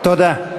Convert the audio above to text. תודה.